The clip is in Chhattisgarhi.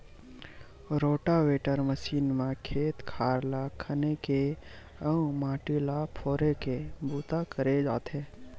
रोटावेटर मसीन म खेत खार ल खने के अउ माटी ल फोरे के बूता करे जाथे